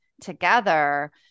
together